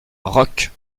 roques